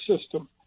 system